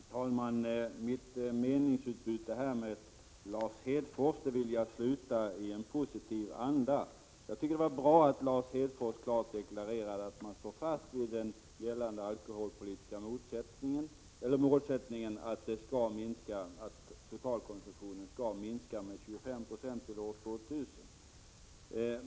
Fru talman! Mitt meningsutbyte här med Lars Hedfors vill jag avsluta i en positiv anda. Det var bra att Lars Hedfors klart deklarerade att socialdemokraterna står fast vid de gällande alkoholpolitiska målen, nämligen att totalkonsumtionen skall minska med 25 9 till år 2000.